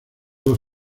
dos